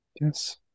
Yes